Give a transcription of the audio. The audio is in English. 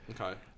Okay